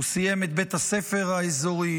הוא סיים את בית הספר האזורי,